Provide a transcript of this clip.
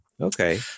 okay